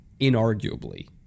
inarguably